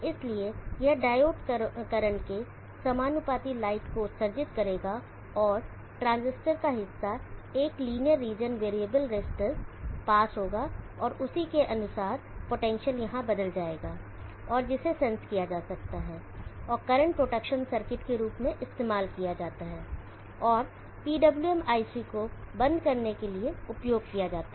इसलिए यह diode current के समानुपाती लाइट को उत्सर्जित करेगा और ट्रांजिस्टर का हिस्सा एक लीनियर रजिस्टर वैरिएबल रेज़िस्टर पास होगा और उसी के अनुसार पोटेंशियल यहाँ बदल जाएगा और जिसे सेंस किया जा सकता है और करंट प्रोटेक्शन सर्किट के रूप में इस्तेमाल किया जाता है और PWM IC को शट डाउन करने के लिए उपयोग किया जाता है